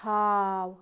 ہاو